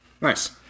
Nice